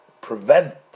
prevent